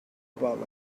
about